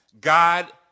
God